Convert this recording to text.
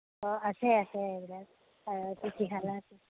অঁ আছে আছে এইবিলাক অতিথিশালা আছে